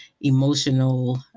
emotional